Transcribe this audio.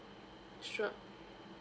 sure